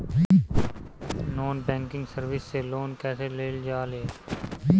Non banking service से loan कैसे लेल जा ले?